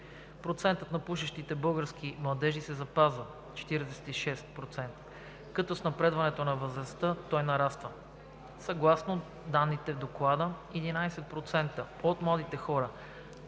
Процентът на пушещите български младежи се запазва – 46%, като с напредване на възрастта той нараства. Съгласно данните в Доклада 11% от младите хора